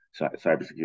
cybersecurity